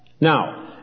Now